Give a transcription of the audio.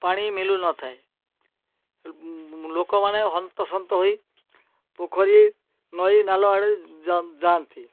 ପାଣି ମିଲୁନଥାଏ ଲୋକମାନେ ହନ୍ତସନ୍ତ ହୋଇ ପୋଖରୀ ନଈନାଲ ଆଡ଼େ ଯାଆନ୍ତି